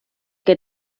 que